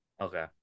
Okay